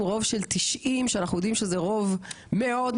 רוב של ,90 שאנחנו יודעים שזה רוב מאוד,